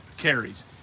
carries